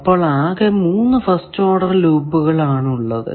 അപ്പോൾ ആകെ 3 first order ലൂപ്പുകൾ ആണ് ഉള്ളത്